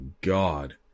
God